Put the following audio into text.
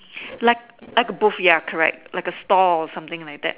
like like a booth ya correct like a stall something like that